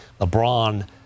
LeBron